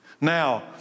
Now